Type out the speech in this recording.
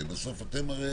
בסוף אתם הרי